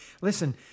Listen